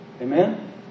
Amen